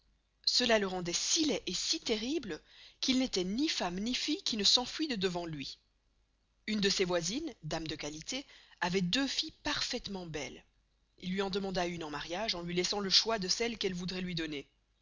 cela le rendoit si laid et si terrible qu'il n'estoit ni femme ni fille qui ne s'enfuit de devant luy une de ses voisines dame de qualité avoit deux filles parfaitement belles il luy en demanda une en mariage et luy laissa le choix de celle qu'elle voudroit luy donner